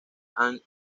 and